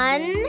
One